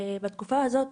בתקופה הזאת